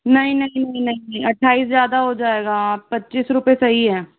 नहीं नहीं नहीं नहीं अट्ठाईस ज़्यादा हो जाएगा पच्चीस रुपए सही है